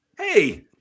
hey